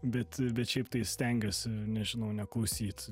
bet bet šiaip tai stengiuosi nežinau neklausyt